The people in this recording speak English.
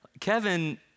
Kevin